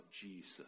Jesus